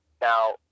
Now